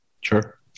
Sure